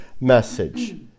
message